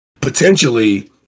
potentially